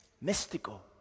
mystical